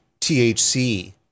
THC